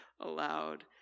aloud